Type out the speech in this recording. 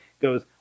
goes